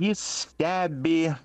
jis stebi